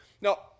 Now